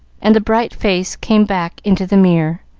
and the bright face came back into the mirror,